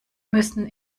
müssen